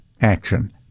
action